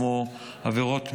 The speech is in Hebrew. כמו עבירות מין,